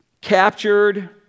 captured